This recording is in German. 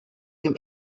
dem